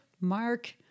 Mark